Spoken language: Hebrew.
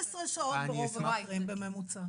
12 שעות ברוב המקרים, בממוצע.